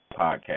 podcast